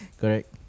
Correct